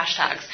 hashtags